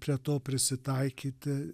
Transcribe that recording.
prie to prisitaikyti